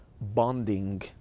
bonding